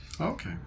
Okay